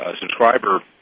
subscriber